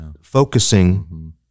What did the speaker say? focusing